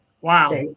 Wow